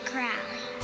Crowley